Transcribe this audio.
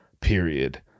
period